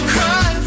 Cry